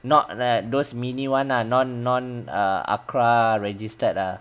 not like those mini one lah non non uh ACRA registered ah